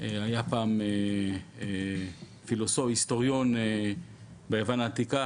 היה פעם היסטוריון צבאי ביוון העתיקה,